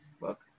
Look